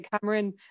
Cameron